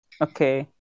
Okay